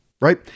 right